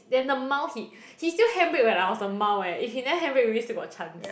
then the mount he he still handbrake when I was on mount eh if he never handbrake I still got chance